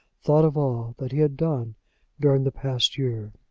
thought of all that he had done during the past year.